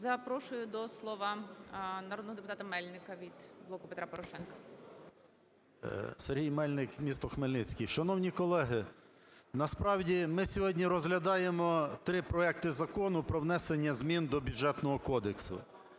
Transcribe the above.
Запрошую до слова народного депутата Мельника від "Блоку Петра Порошенка" 12:47:48 МЕЛЬНИК С.І. Сергій Мельник, місто Хмельницький. Шановні колеги, насправді ми сьогодні розглядаємо три проекти закону про внесення змін до Бюджетного кодексу.